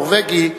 "החוק הנורבגי",